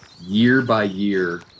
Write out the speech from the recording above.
year-by-year